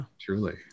truly